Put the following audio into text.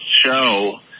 show